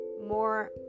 more